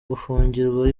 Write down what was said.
gufungirwa